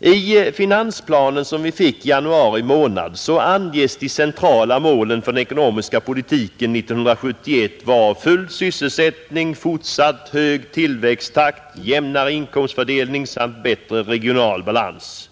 I finansplanen som vi fick i januari månad anges de centrala målen för den ekonomiska politiken 1971 vara full sysselsättning, fortsatt hög tillväxttakt, jämnare inkomstfördelning samt bättre regional balans.